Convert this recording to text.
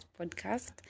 podcast